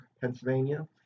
Pennsylvania